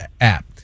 app